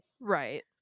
Right